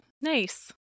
Nice